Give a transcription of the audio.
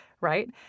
right